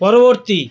পরবর্তী